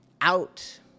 out